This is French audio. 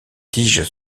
tiges